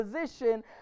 position